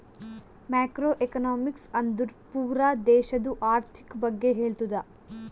macro economics ಅಂದುರ್ ಪೂರಾ ದೇಶದು ಆರ್ಥಿಕ್ ಬಗ್ಗೆ ಹೇಳ್ತುದ